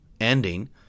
ending